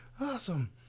Awesome